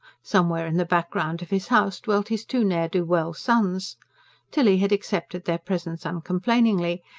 somewhere in the background of his house dwelt his two ne'er-do-well sons tilly had accepted their presence uncomplainingly.